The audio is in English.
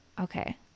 Okay